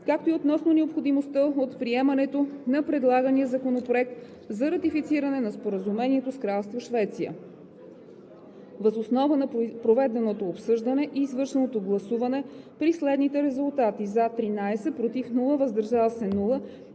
както и относно необходимостта от приемането на предлагания законопроект за ратифициране на Споразумението с Кралство Швеция. Въз основа на проведеното обсъждане и извършеното гласуване при следните резултати: за 13, без против и въздържали се,